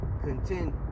content